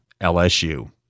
LSU